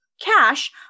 cash